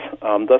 Thus